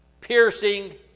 piercing